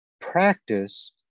practice